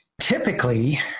Typically